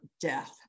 death